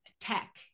tech